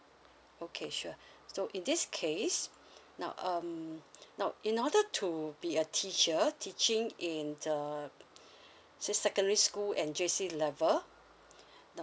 okay sure so in this case now um now in order to be a teacher teaching in the say secondary school and J C level